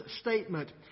statement